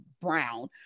brown